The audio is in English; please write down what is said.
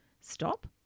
stop